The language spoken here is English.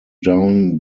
down